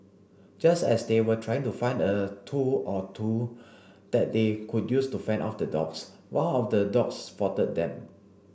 just as they were trying to find a tool or two that they could use to fend off the dogs one of the dogs spotted them